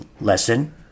lesson